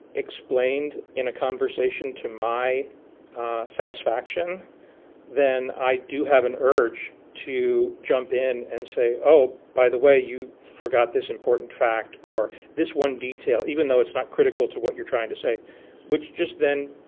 explained in a conversation to my satisfaction then. i do have an urge to jump in and say oh by the way you forgot this important fact or this one detail even though it's not critical to what you're trying to say which then